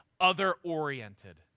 other-oriented